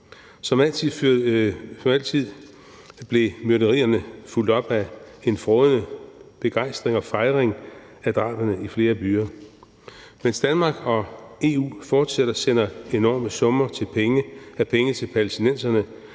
Som altid blev myrderierne fulgt op af en frådende begejstring og fejring af drabene i flere byer, mens Danmark og EU fortsat sender enorme summer af penge til palæstinenserne